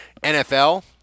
NFL